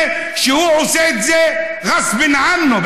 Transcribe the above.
מפני שהוא עושה את זה ראס בן ענו,